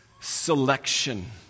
selection